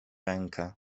rękę